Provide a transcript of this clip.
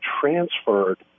transferred